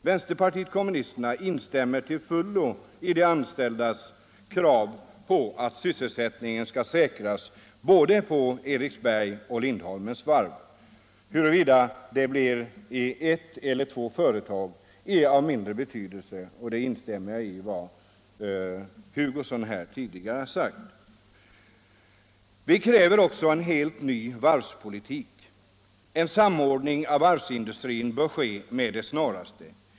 Vänsterpartiet kommunisterna instämmer till fullo i de anställdas krav på att sysselsättningen Skal saniav tis så Frikeheros och på Lindholmens varv. Huruvida det blir i ett eller två företag är av mindre tetydeloo, och jag instämmer därvidlag i vad herr Hugosson tidigare har sagt. Vi kräver också en helt ny varvspolitik. En samordning av varvsindustrin bör ske med det snaraste.